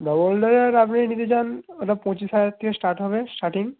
double ডোরের আপনি নিতে চান ওটা পঁচিশ হাজার থেকে স্টার্ট হবে স্টাটিং